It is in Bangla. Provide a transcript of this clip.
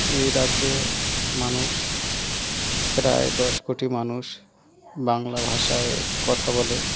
এই রাজ্যে মানুষ প্রায় দশ কোটি মানুষ বাংলা ভাষায় কথা বলে